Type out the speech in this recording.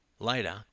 Later